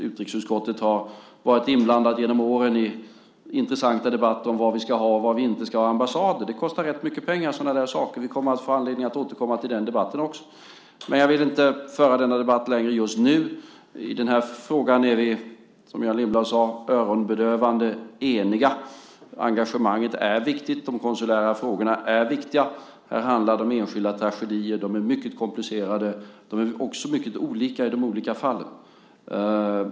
Utrikesutskottet har genom åren varit inblandat i intressanta debatter om var vi ska ha och var vi inte ska ha ambassader. Sådana saker kostar rätt mycket pengar. Vi kommer att få anledning att återkomma till den debatten också. Jag vill inte föra denna debatt längre just nu. I den här frågan är vi, som Göran Lindblad sade, öronbedövande eniga. Engagemanget är viktigt. De konsulära frågorna är viktiga. Här handlar det om enskilda tragedier. De är mycket komplicerade. De är också mycket olika i de olika fallen.